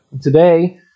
Today